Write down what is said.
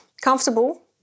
comfortable